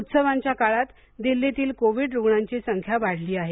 उत्सवांच्या काळात दिल्लीतील कोविड रूग्णांची संख्या वाढली आहे